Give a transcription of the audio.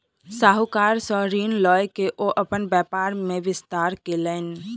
साहूकार सॅ ऋण लय के ओ अपन व्यापार के विस्तार कयलैन